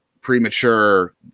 premature